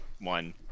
one